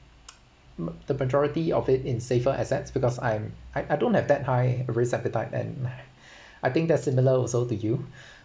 m~ the majority of it in safer assets because I'm I I don't have that high risk appetite and I think that's similar also to you